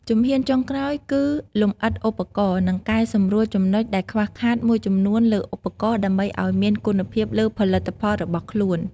ជំហានចុងក្រោយគឺលំអិតឧបករណ៍ និងកែសម្រួលចំណុចដែលខ្វះខាតមួយចំនួនលើឧបករណ៍ ដើម្បីឲ្យមានគុណភាពលើផលិតផលរបស់ខ្លួន។